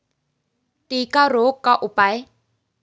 टिक्का रोग का उपाय?